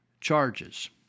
charges